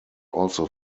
also